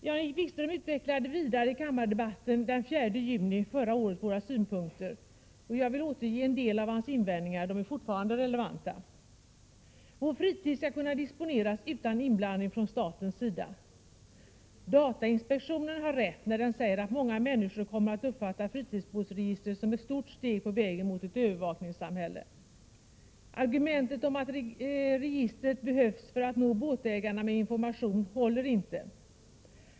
Jan-Erik Wikström utvecklade i kammardebatten den 4 juni förra året våra synpunkter, och jag vill återge en del av hans invändningar — de är fortfarande relevanta: Vår fritid skall kunna disponeras utan inblandning från statens sida. Datainspektionen har rätt när den säger att många människor kommer att uppfatta fritidsbåtsregistret som ett stort steg på vägen mot ett övervakningssamhälle. Argumentet om att registret behövs för att nå båtägarna med information håller inte.